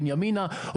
בנימינה,